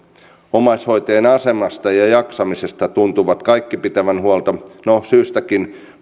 omaishoitajien asemasta ja ja jaksamisesta tuntuvat kaikki pitävän huolta no syystäkin